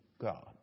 God